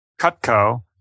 Cutco